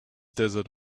desert